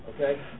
Okay